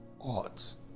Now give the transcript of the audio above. odds